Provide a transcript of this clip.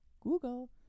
Google